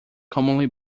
commonly